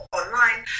online